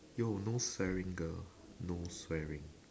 yo no swearing girl no swearing